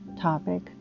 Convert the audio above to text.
topic